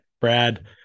Brad